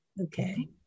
Okay